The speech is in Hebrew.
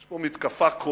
יש פה מתקפה כוללת,